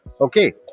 Okay